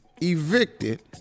evicted